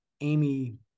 Amy